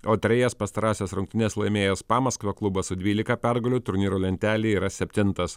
o trejas pastarąsias rungtynes laimėjęs pamaskvio klubas su dvylika pergalių turnyro lentelėje yra septintas